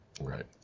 Right